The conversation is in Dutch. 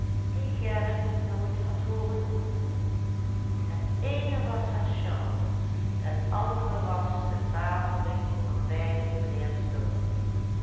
die gerrit nooit had hooren noemen het eene was haar charme het andere was de favori van wijlen mijnheer stork